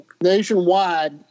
nationwide